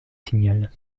signal